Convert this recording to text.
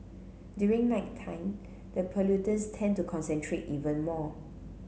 during nighttime the pollutants tend to concentrate even more